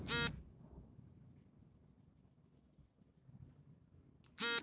ಅಡಿಕೆ ಫಸಲನ್ನು ನೆಲದ ಮಟ್ಟದಿಂದ ನಿಂತು ಕಟಾವು ಮಾಡಲು ಯಾವುದಾದರು ಉಪಕರಣ ಇದೆಯಾ?